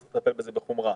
צריך לטפל בזה בחומרה.